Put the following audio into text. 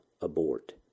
abort